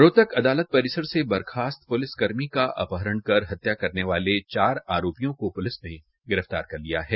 रोहतक अदालत परिसर से बर्खास्त पुलिस कर्मी का अपहरण कर हत्या करने वाले चार आरोपियों को पुलिस ने गिरफतार कर लिया लिया है